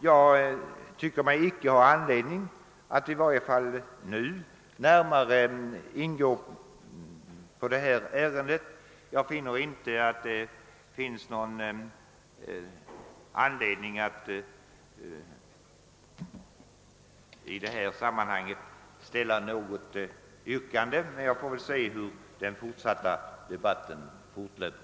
Jag anser mig, i varje fall nu, icke ha anledning att närmare ingå på detta ärende eller framställa något yrkande. Jag får emellertid se hur den fortsatta debatten utvecklar sig.